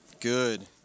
Good